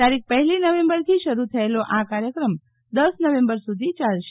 તારીખ પફેલી નવેમ્બરથી શરુ થયેલો આ કાર્યક્રમ દસ નવેમ્બર સુધી ચાલશે